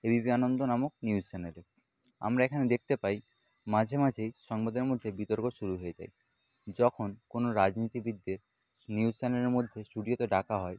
ABP Ananda নামক news চ্যানেলে আমরা এখানে দেখতে পাই মাঝে মাঝেই সংবাদের মধ্যে বিতর্ক শুরু হয়ে যায় যখন কোনো রাজনীতিবিদদের নিউজ চ্যানেলের মধ্যে স্টুডিওতে ডাকা হয়